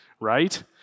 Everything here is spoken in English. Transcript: right